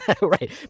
Right